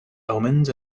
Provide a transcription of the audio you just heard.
omens